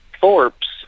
Thorpes